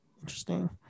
Interesting